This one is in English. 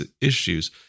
issues